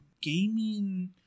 Gaming